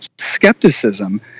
skepticism